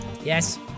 Yes